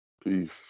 Peace